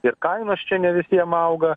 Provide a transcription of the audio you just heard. ir kainos čia ne visiem auga